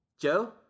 Joe